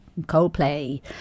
Coldplay